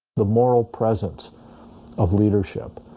the moral presence of leadership